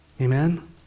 Amen